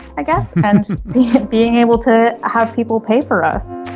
i guess and being able to have people pay for us